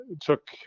took